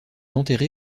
enterré